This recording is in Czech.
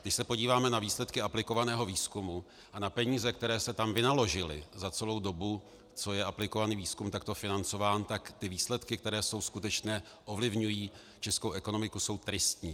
Když se podíváme na výsledky aplikovaného výzkumu a na peníze, které se tam vynaložily za celou dobu, co je aplikovaný výzkum takto financován, tak výsledky, které jsou skutečné, ovlivňují českou ekonomiku, jsou tristní.